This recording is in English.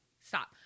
stop